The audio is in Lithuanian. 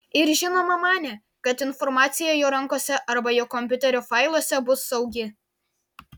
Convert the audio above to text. ir žinoma manė kad informacija jo rankose arba jo kompiuterio failuose bus saugi